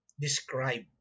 describe